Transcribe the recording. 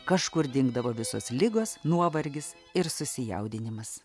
kažkur dingdavo visas ligos nuovargis ir susijaudinimas